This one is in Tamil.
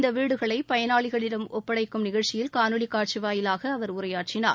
இந்த வீடுகளை பயனாளிகளிடம் ஒப்படைக்கும் நிகழ்ச்சியில் காணொலிக் காட்சி வாயிலாக அவர் உரையாற்றினார்